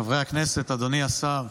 חברי הכנסת, אדוני השר,